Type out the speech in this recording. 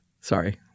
Sorry